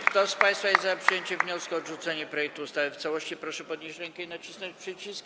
Kto z państwa jest za przyjęciem wniosku o odrzucenie projektu ustawy w całości, proszę podnieść rękę i nacisnąć przycisk.